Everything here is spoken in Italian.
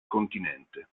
continente